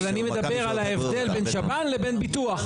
אבל אני מדבר על ההבדל בין שב"ן לבין ביטוח.